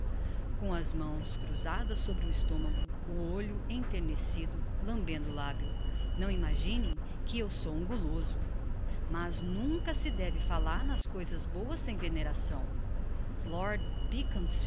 com as mãos cruzadas sobre o estomago o olho enternecido lambendo o labio não imaginem que eu sou um guloso mas nunca se deve fallar nas coisas boas sem veneração lord